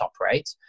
operate